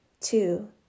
two